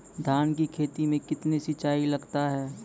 धान की खेती मे कितने सिंचाई लगता है?